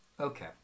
Okay